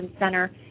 center